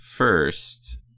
First